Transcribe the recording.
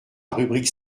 rubrique